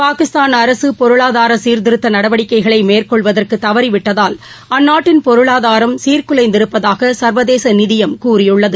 பாகிஸ்தான் அரசு பொருளாதார சீர்திருத்த நடவடிக்கைகளை மேற்கொள்வதற்கு தவறிவிட்டதால் அந்நாட்டின் பொருளாதாரம் சீாகுலைந்திருப்பதாக சா்வதேச நிதியம் கூறியுள்ளது